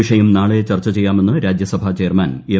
വിഷയം നാളെ ചർച്ച ചെയ്യാമെന്ന് രാജ്യസഭാ ചെയർമാൻ എം